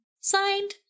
Signed